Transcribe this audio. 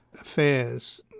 Affairs